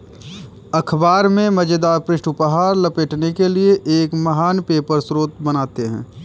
अख़बार में मज़ेदार पृष्ठ उपहार लपेटने के लिए एक महान पेपर स्रोत बनाते हैं